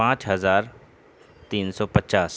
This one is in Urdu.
پانچ ہزار تین سو پچاس